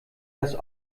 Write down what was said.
das